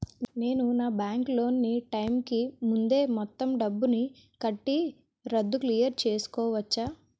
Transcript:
నేను నా bank loan నీ టైం కీ ముందే మొత్తం డబ్బుని కట్టి రద్దు క్లియర్ చేసుకోవచ్చా?